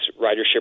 ridership